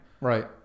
right